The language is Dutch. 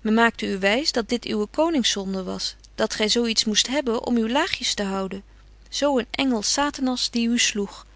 maakte u wys dat dit uwe koningszonde was dat gy zo iets moest hebben om u laagjes te houden zo een engel satanas die u sloeg